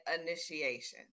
initiation